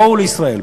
בואו לישראל,